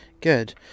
good